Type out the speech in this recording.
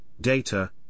data